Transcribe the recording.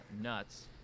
nuts